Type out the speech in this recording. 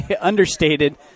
understated